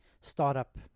startup